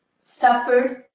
suffered